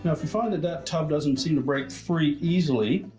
yeah if you find that that tub doesn't seem to break free easily,